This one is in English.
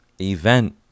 event